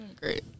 Great